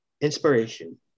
inspiration